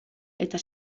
eta